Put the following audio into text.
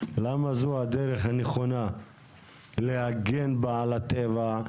למה זו הדרך הנכונה להגן בה על הטבע?